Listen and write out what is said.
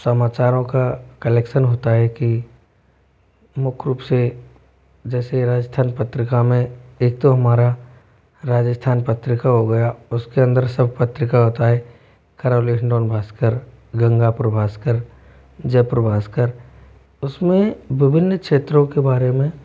समाचारों का कलेक्शन होता है कि मुख्य रूप से जैसे राजस्थान पत्रिका में एक तो हमारा राजस्थान पत्रिका हो गया उसके अंदर सब पत्रिका होता है करौली हिंडौन भास्कर गंगापुर भास्कर जयपुर भास्कर उस में विभिन्न क्षेत्रो के बारे में